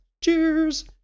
cheers